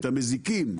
את המזיקים,